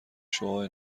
شعاع